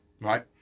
right